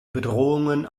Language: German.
bedrohungen